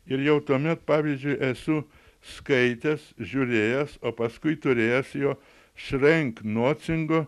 ir jau tuomet pavyzdžiui esu skaitęs žiūrėjęs o paskui turėjęs jo šrenknocingo